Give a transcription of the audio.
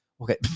Okay